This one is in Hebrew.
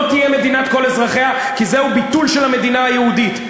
לא תהיה מדינת כל אזרחיה כי זהו ביטול של המדינה היהודית.